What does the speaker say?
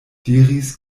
diris